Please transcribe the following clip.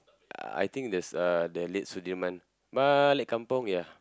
I think there's uh the late Sudirman balik kampung ya